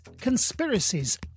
conspiracies